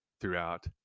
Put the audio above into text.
throughout